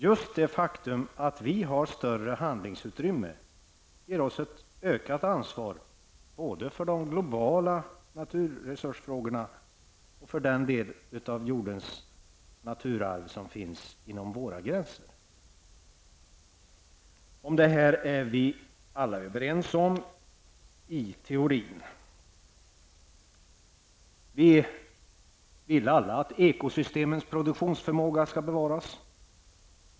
Just det faktum att vi har större handlingsutrymme ger oss ett ökat ansvar både för de globala naturresursfrågorna och för den del av jordens naturarv som finns inom våra gränser. Om detta är vi alla överens i teorin. Vi vill alla att ekosystemens produktionsförmåga skall bevaras.